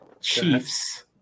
Chiefs